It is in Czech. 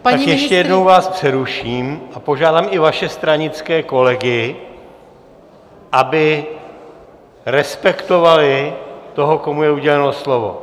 Tak ještě jednou vás přeruším a požádám i vaše stranické kolegy, aby respektovali toho, komu je uděleno slovo.